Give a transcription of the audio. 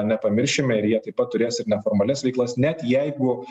nepamiršime ir jie taip pat turės ir neformalias veiklas net jeigu